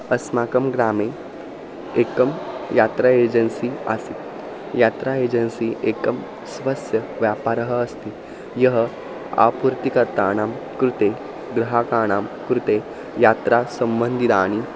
अस्माकं ग्रामे एकं यात्रा एजेन्सी आसीत् यात्रा एजेन्सी एकं स्वस्य व्यापारः अस्ति यः आपूर्तिकर्ताणां कृते गृहकाणां कृते यात्रासम्बन्धितानि